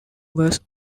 was